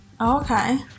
Okay